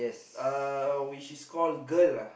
uh which is called girl uh